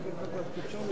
בוודאי יהיה בוועדת הכנסת.